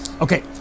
Okay